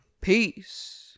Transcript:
Peace